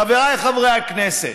חבריי חברי הכנסת,